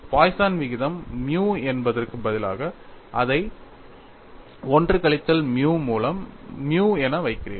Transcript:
poison விகிதம் mu என்பதற்கு பதிலாக நீங்கள் அதை 1 கழித்தல் மியூ மூலம் மியூ என வைக்கிறீர்கள்